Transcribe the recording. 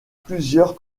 plusieurs